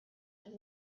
and